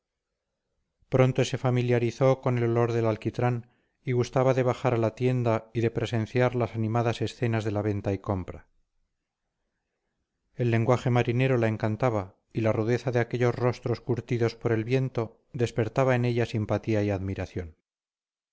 pronto se familiarizó con el olor de alquitrán y gustaba de bajar a la tienda y de presenciar las animadas escenas de la venta y compra el lenguaje marinero la encantaba y la rudeza de aquellos rostros curtidos por el viento despertaba en ella simpatía y admiración